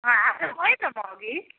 गएँ त म अघि